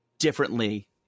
differently